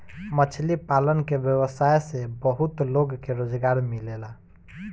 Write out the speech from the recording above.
मछली पालन के व्यवसाय से बहुत लोग के रोजगार मिलेला